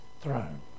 throne